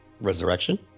Resurrection